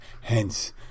Hence